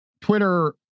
Twitter